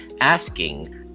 asking